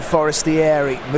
Forestieri